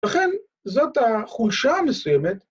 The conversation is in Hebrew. ולכן זאת החולשה המסוימת,